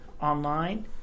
online